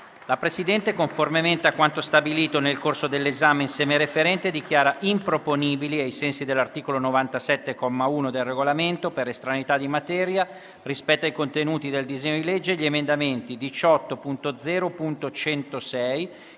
La Presidenza, conformemente a quanto stabilito nel corso dell'esame in sede referente, dichiara improponibili, ai sensi dell'articolo 97, comma 1, del Regolamento, per estraneità di materia rispetto ai contenuti del disegno di legge, gli emendamenti 18.0.106